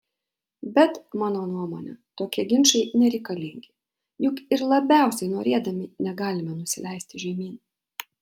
bet mano nuomone tokie ginčai nereikalingi juk ir labiausiai norėdami negalime nusileisti žemyn